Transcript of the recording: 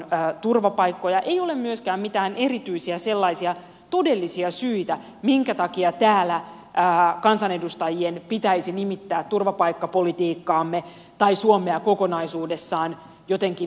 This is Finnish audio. ei ole myöskään mitään erityisiä sellaisia todellisia syitä minkä takia täällä kansanedustajien pitäisi nimittää turvapaikkapolitiikkaamme tai suomea kokonaisuudessaan jotenkin sinisilmäiseksi